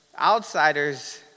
Outsiders